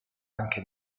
anche